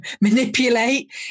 manipulate